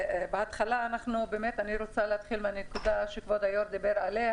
אני רוצה להתחיל מהנקודה שכבוד היושב-ראש דיבר עליה,